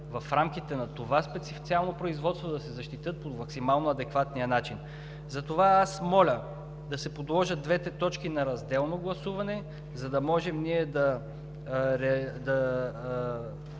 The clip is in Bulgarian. в рамките на това специфично производство, да се защитят по максимално адекватния начин. Затова аз моля да се подложат двете точки на разделно гласуване, за да можем ние да